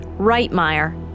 Reitmeier